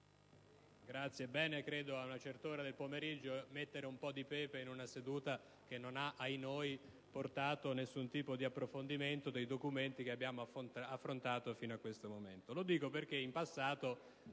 è bene - credo - ad una certa ora del pomeriggio mettere un po' di pepe in una seduta che - ahinoi - non ha portato nessun tipo di approfondimento dei documenti che abbiamo affrontato fino a questo momento. Lo dico perché in passato